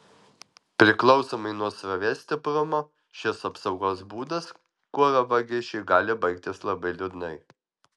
priklausomai nuo srovės stiprumo šis apsaugos būdas kuro vagišiui gali baigtis labai liūdnai